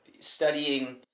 studying